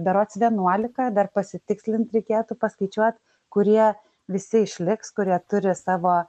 berods vienuolika dar pasitikslint reikėtų paskaičiuot kurie visi išliks kurie turi savo